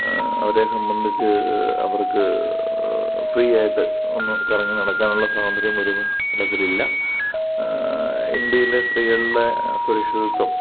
അവരെ സംബന്ധിച്ച് അവർക്ക് ഫ്രീ ആയിട്ട് ഒന്ന് കറങ്ങി നടക്കാനുള്ള സ്വാതന്ത്ര്യം വരുന്ന തരത്തിലില്ല ഇന്ത്യയിലെ സ്ത്രീകളുടെ സുരക്ഷിതത്വം